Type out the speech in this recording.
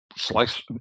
Slice